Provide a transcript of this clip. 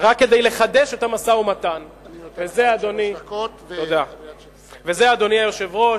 רק כדי לחדש את המשא-ומתן, וזה, אדוני היושב-ראש,